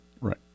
Right